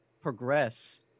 progress